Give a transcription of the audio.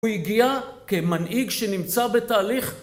הוא הגיע כמנהיג שנמצא בתהליך